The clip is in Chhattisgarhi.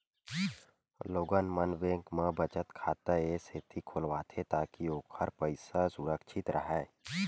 लोगन मन बेंक म बचत खाता ए सेती खोलवाथे ताकि ओखर पइसा सुरक्छित राहय